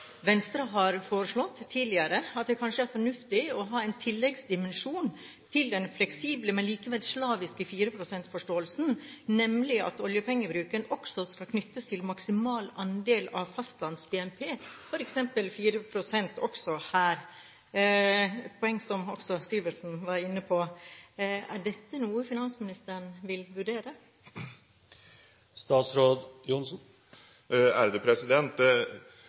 Venstre har foreslått tidligere at det kanskje er fornuftig å ha en tilleggsdimensjon til den fleksible, men likevel slaviske 4 pst.-forståelsen, nemlig at oljepengebruken også skal knyttes til maksimal andel av fastlands-BNP, f.eks. 4 pst. også her – et poeng som også Syversen var inne på. Er dette noe finansministeren vil vurdere?